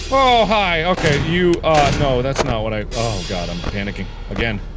oh, hi, okay you ah no, that's not what i oh god, i'm panicking, again.